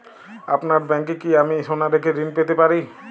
আপনার ব্যাংকে কি আমি সোনা রেখে ঋণ পেতে পারি?